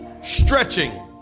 Stretching